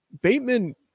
Bateman